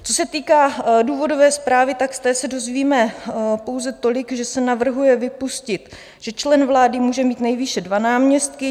Co se týká důvodové zprávy, z té se dozvíme pouze tolik, že se navrhuje vypustit, že člen vlády může mít nejvýše dva náměstky.